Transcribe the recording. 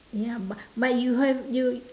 ya but but you have you